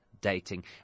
dating